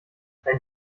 dein